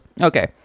Okay